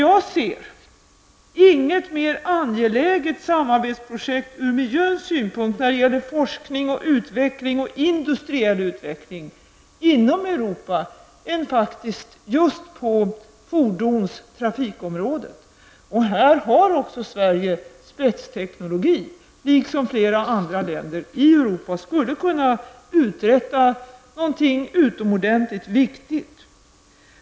Jag ser inget mer angeläget samarbetsprojekt ur miljösynpunkt när det gäller forskning, utveckling och industriell utveckling inom Europa än projekt på just fordons och trafikområdet. Här har Sverige också spetsteknologi, liksom flera andra länder i Europa, och skulle kunna uträtta något mycket viktigt.